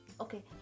okay